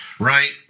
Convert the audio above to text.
Right